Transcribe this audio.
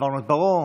ועברנו את פרעה.